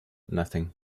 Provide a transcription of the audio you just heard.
nothing